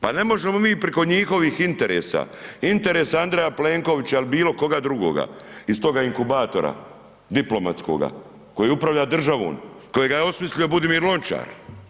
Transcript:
Pa ne možemo mi preko njihovih interesa, interesa Andreja Plenkovića ili bilo koga drugoga iz toga inkubatora diplomatskoga koji upravlja državom, kojega je osmislio Budimir Lončar.